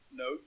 no